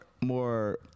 more